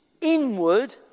inward